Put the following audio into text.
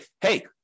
hey